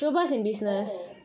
oh